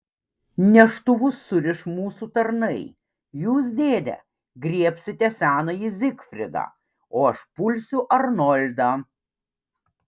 neštuvus suriš mūsų tarnai jūs dėde griebsite senąjį zigfridą o aš pulsiu arnoldą